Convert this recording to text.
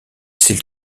still